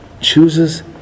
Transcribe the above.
Chooses